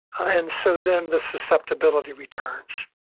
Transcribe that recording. and so then the susceptibility returns,